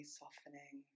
softening